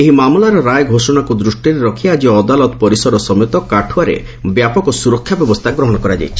ଏହି ମାମଲାର ରାୟ ଘୋଷଣାକୁ ଦୃଷ୍ଟିରେ ରଖି ଆକି ଅଦାଲତ ପରିସର ସମେତ କାଠୁଆରେ ବ୍ୟାପକ ସୁରକ୍ଷା ବ୍ୟବସ୍ଥା ଗ୍ରହଣ କରାଯାଇଛି